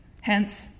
Hence